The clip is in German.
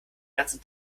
ganzen